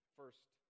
first